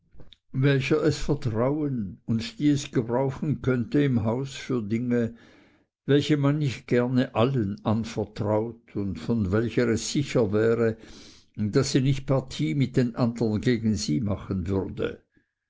welcher es vertrauen und die es gebrauchen könnte im hause für dinge welche man nicht gerne allen anvertraut und von welcher es sicher wäre daß sie nicht partie mit den andern gegen sie machen würde